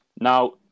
Now